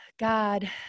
God